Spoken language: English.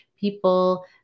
people